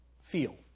feel